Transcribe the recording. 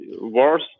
worse